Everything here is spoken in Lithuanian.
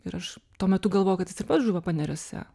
ir aš tuo metu galvojau kad jis ir pats žuvo paneriuose